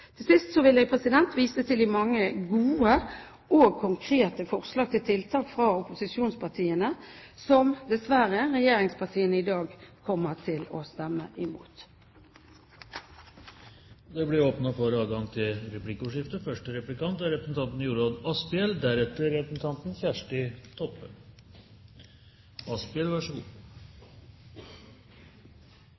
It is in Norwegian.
Til sist vil jeg vise til de mange gode og konkrete forslag til tiltak fra opposisjonspartiene som dessverre regjeringspartiene i dag kommer til å stemme imot. Det blir åpnet for replikkordskifte. Nå har vi hørt fra hele opposisjonen at Samhandlingsreformen er